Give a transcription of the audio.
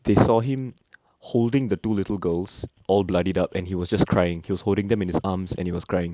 they saw him holding the two little girls all bloodied up and he was just crying he was holding them in his arms and he was crying